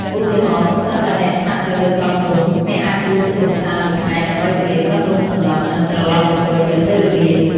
ឧទាហរណ៍ ប្រសិនបើអ្នកស្នាក់នៅលើកោះរ៉ុង អ្នកអាចជួលទូកកម្សាន្តមួយថ្ងៃដើម្បីទៅលេងកោះរ៉ុងសន្លឹម និងត្រឡប់មកវិញនៅពេលល្ងាច។